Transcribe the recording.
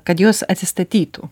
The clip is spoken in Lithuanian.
kad jos atsistatytų